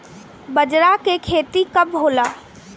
बजरा के खेती कब होला?